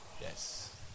Yes